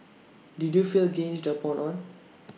did you feel ganged up on